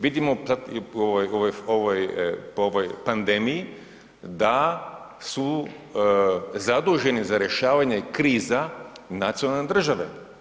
Vidimo sad po ovoj pandemiji da su zaduženi za rješavanja kriza nacionalne države.